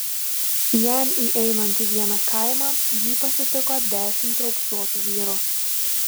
jam įeinant į vieną kaimą jį pasitiko dešimt raupsuotų vyrų